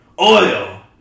Oil